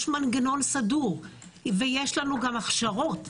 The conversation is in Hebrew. יש מנגנון סדור ויש גם הכשרות.